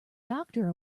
doctor